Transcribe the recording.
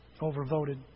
overvoted